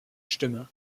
stimme